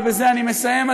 ובזה אני מסיים,